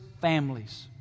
families